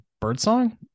Birdsong